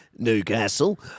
Newcastle